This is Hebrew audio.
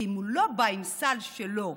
כי אם הילד לא בא עם הסל שלו,